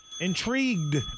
Intrigued